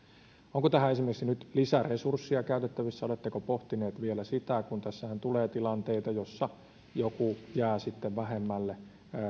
onko tähän esimerkiksi nyt lisäresursseja käytettävissä oletteko pohtinut vielä sitä kun tässähän tulee tilanteita joissa joku jää vähemmälle